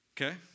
Okay